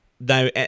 now